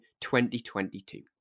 2022